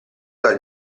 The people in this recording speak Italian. dal